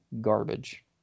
garbage